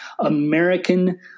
American